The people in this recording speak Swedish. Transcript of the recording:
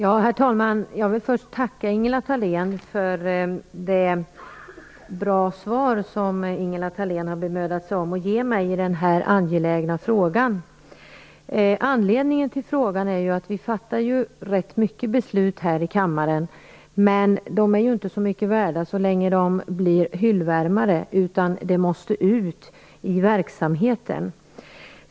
Herr talman! Jag vill först tacka Ingela Thalén för det goda svar som Ingela Thalén har bemödat sig om att ge mig i den här angelägna frågan. Anledningen till frågan är att vi visserligen fattar rätt många beslut här i kammaren men att dessa inte är så mycket värda så länge som de bara är hyllvärmare. De måste också föras ut i verksamheten.